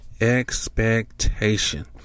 expectation